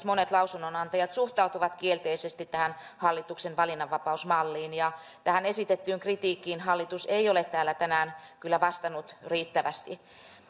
monet lausunnonantajat suhtautuvat kielteisesti tähän hallituksen valinnanvapausmalliin ja tähän esitettyyn kritiikkiin hallitus ei ole täällä tänään kyllä vastannut riittävästi